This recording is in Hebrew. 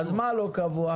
אז מה לא קבוע?